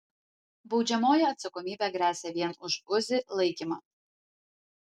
baudžiamoji atsakomybė gresia vien už uzi laikymą